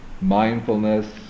mindfulness